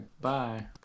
Bye